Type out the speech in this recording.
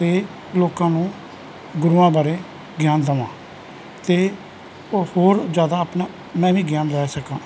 ਅਤੇ ਲੋਕਾਂ ਨੂੰ ਗੁਰੂਆਂ ਬਾਰੇ ਗਿਆਨ ਦੇਵਾਂ ਅਤੇ ਉਹ ਹੋਰ ਜ਼ਿਆਦਾ ਆਪਣਾ ਮੈਂ ਵੀ ਗਿਆਨ ਲੈ ਸਕਾਂ